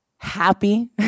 happy